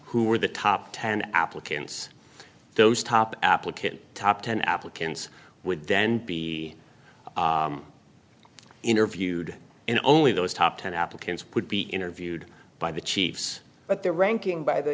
were the top ten applicants those top application top ten applicants would then be interviewed and only those top ten applicants would be interviewed by the chiefs but their ranking by the